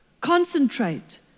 concentrate